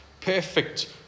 perfect